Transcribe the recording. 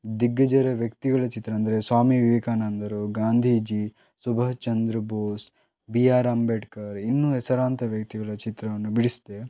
ದಿಗ್ಗಜರ ವ್ಯಕ್ತಿಗಳ ಚಿತ್ರ ಅಂದರೆ ಸ್ವಾಮಿ ವಿವೇಕಾನಂದರು ಗಾಂಧೀಜಿ ಸುಭಾಷ್ ಚಂದ್ರ ಬೋಸ್ ಬಿ ಆರ್ ಅಂಬೇಡ್ಕರ್ ಇನ್ನೂ ಹೆಸರಾಂತ ವ್ಯಕ್ತಿಗಳ ಚಿತ್ರವನ್ನು ಬಿಡಿಸಿದೆ